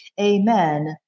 Amen